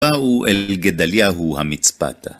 באו אל גדליהו המצפתא.